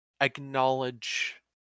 acknowledge